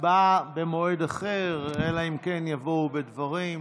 הצבעה במועד אחר, אלא אם כן יבואו בדברים.